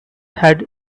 had